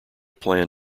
plan